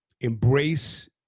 Embrace